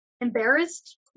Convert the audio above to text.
embarrassed